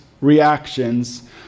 reactions